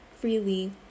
freely